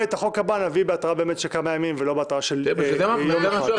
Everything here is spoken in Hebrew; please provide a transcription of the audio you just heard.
את החוק הבא נביא בהתרעה של כמה ימים ולא בהתרעה של יום אחד.